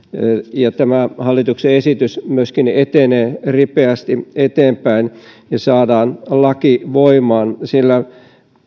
ja hallituksen esitys etenee ripeästi eteenpäin ja saadaan laki voimaan sillä